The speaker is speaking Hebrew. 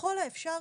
ככל האפשר,